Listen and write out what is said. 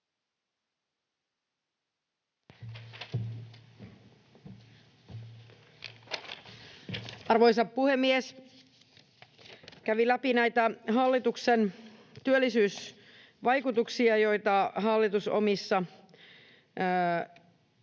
Arvoisa puhemies! Kävin läpi näitä hallituksen työllisyysvaikutuksia, joita hallitus omassa